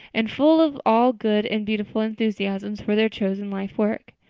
and full of all good and beautiful enthusiasms for their chosen lifework.